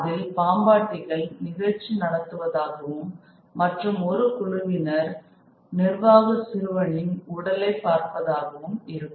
அதில் பாம்பாட்டிகள் நிகழ்ச்சி நடத்துவதாகவும் மற்றும் ஒரு குழுவினர் நிர்வாண சிறுவனின் உடலை பார்ப்பதாகவும் இருக்கும்